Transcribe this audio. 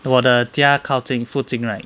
我的家靠近附近 right